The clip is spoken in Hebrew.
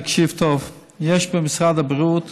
תקשיב טוב: יש במשרד הבריאות